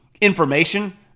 information